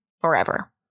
forever